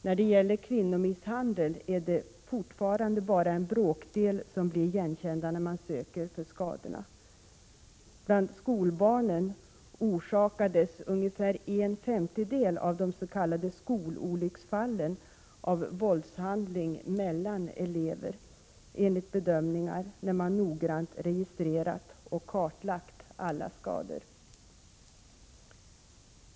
När det gäller kvinnomisshandel är det fortfarande bara en bråkdel av fallen som blir igenkända, när kvinnorna söker för skadorna. Bland skolbarnen orsakas ungefär en femtedel av de s.k. skololycksfallen av våldshandlingar mellan elever enligt bedömningar, där man noggrant registrerat och kartlagt alla skador.